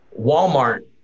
Walmart